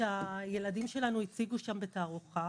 הילדים שלנו הציגו שם בתערוכה.